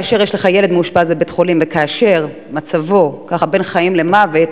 כאשר יש לך ילד מאושפז בבית-חולים וכאשר מצבו בין חיים למוות,